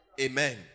Amen